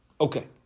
Okay